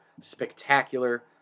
spectacular